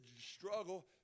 struggle